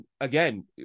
again